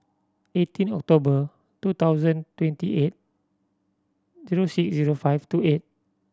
eighteen October two thousand twenty eight zero six zero five two eight